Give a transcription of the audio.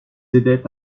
aidaient